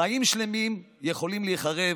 חיים שלמים יכולים להיחרב,